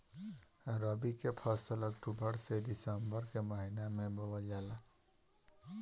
रबी के फसल अक्टूबर से दिसंबर के महिना में बोअल जाला